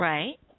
Right